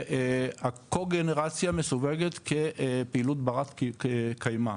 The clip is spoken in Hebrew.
שהקוגנרציה מסווגת כפעילות ברת קיימא,